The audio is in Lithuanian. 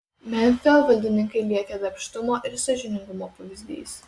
memfio valdininkai lieka darbštumo ir sąžiningumo pavyzdys